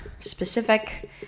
specific